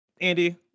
Andy